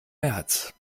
märz